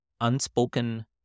unspoken